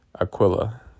Aquila